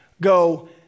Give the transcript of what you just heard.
go